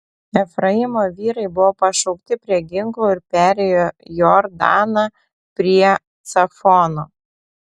efraimo vyrai buvo pašaukti prie ginklų ir perėjo jordaną prie cafono